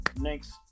next